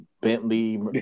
Bentley